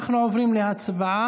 אנחנו עוברים להצבעה.